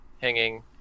hanging